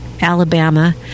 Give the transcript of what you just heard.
Alabama